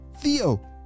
Theo